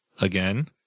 again